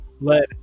Let